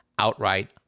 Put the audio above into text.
outright